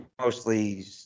mostly